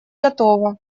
готова